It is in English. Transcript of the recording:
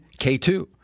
K2